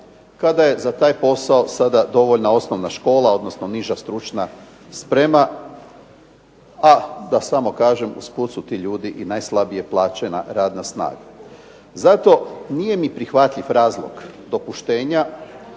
kada je za taj posao sada dovoljna osnovna škola odnosno niža stručna sprema, a da samo kažem usput su ti ljudi i najslabije plaćena radna snaga. Zato nije mi prihvatljiv razlog dopuštenja